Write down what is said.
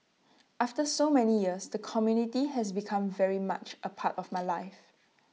after so many years the community has become very much A part of my life